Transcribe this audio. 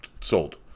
sold